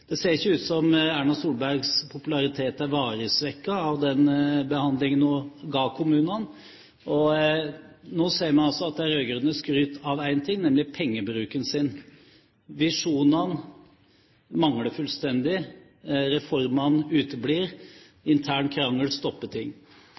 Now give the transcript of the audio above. Det ser ikke ut som Erna Solbergs popularitet er varig svekket av den behandlingen hun ga kommunene. Nå ser vi altså at de rød-grønne skryter av én ting, nemlig pengebruken sin. Visjonene mangler fullstendig. Reformene uteblir.